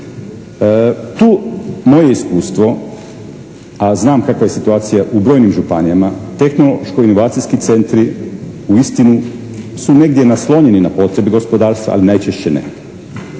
Tu moje iskustvo a znam kakva je situacija u brojnim županijama tehnološko-inovacijski centri uistinu su negdje naslonjeni na potrebi gospodarstva ali najčešće ne.